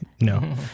no